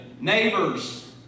neighbors